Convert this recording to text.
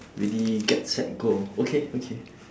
ready get set go okay okay